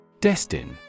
Destin